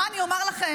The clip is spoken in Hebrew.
מה אני אומר לכם?